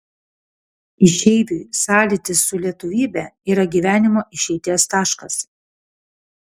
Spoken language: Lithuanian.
išeiviui sąlytis su lietuvybe yra gyvenimo išeities taškas